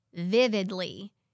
vividly